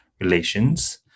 Relations